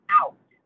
out